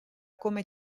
come